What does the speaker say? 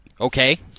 Okay